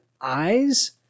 eyes